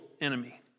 enemy